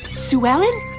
sue ellen?